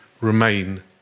remain